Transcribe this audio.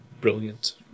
Brilliant